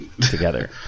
together